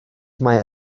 mae